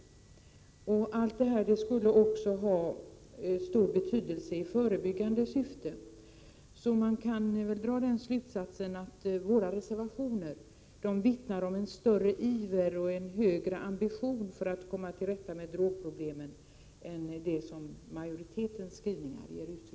Alla dessa åtgärder skulle ha stor betydelse i förebyggande syfte. Man kan därför dra slutsatsen att våra reservationer vittnar om en större iver och en högre ambitionsnivå från vår sida för att komma till rätta med drogproblemen än från utskottsmajoritetens sida.